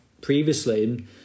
previously